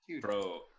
Bro